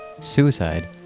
suicide